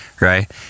right